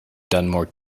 dunmore